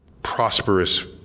prosperous